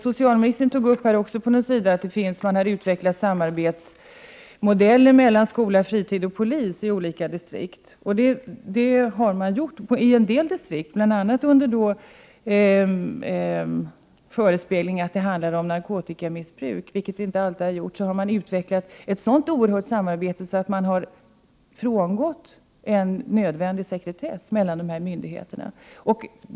Socialministern tog i sitt svar upp att det utvecklats modeller för samarbete mellan socialarbetare, skola, fritidsverksamhet och polis i olika distrikt. I en del distrikt har man gjort detta bl.a. under förespegling att det förekommit narkotikamissbruk, vilket det inte alltid har gjort. Man har utvecklat ett sådant samarbete att man frångått en nödvändig sekretess mellan dessa myndigheter.